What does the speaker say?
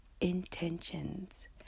intentions